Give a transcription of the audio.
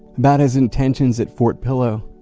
about his intentions at fort pillow.